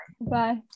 Bye